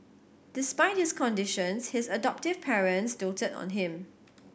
despite his conditions his adoptive parents doted on him